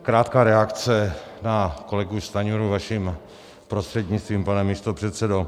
Krátká reakce na kolegu Stanjuru vaším prostřednictvím, pane místopředsedo.